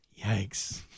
Yikes